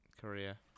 Korea